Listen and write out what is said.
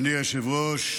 בריאות.